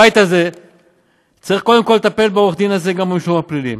הבית הזה צריך קודם כול לטפל בעורך דין הזה גם במישור הפלילי.